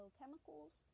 chemicals